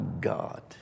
God